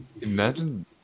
Imagine